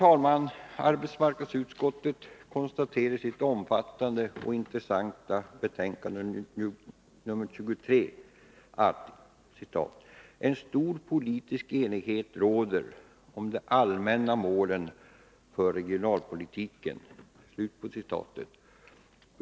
Arbetsmarknadsutskottet konstaterar i sitt omfattande och intressanta betänkande nr 23 att ”stor politisk enighet råder om de allmänna målen för regionalpolitiken”.